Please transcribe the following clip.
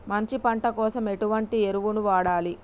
మంచి పంట కోసం ఎటువంటి ఎరువులు వాడాలి?